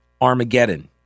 Armageddon